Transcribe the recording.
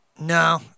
No